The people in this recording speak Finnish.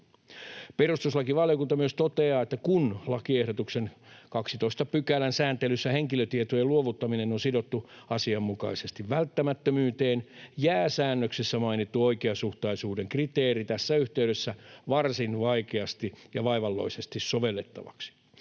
Perustuslakivaliokunta myös toteaa, että kun lakiehdotuksen 12 §:n sääntelyssä henkilötietojen luovuttaminen on sidottu asianmukaisesti välttämättömyyteen, jää säännöksessä mainittu oikeasuhtaisuuden kriteeri tässä yhteydessä varsin vaikeasti ja vaivalloisesti sovellettavaksi.